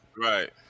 Right